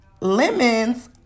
Lemons